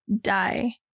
die